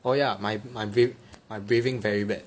oh yeah my my breath~ my breathing very bad